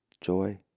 joy